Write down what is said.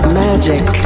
magic